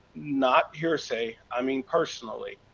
not hearsay, i mean personally.